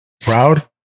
Proud